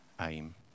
aim